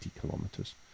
kilometers